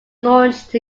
launched